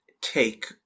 take